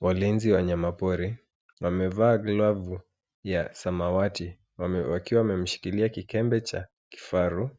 Walinzi wa wanyama pori wamevaa glavu ya samawati wakiwa wamemshikilia kikembe cha kifaru